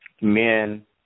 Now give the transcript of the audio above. men